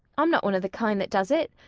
i'm not one of the kind that does it.